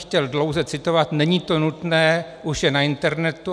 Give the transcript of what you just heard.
Chtěl jsem z ní dlouze citovat, není to nutné, už je na internetu.